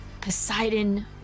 Poseidon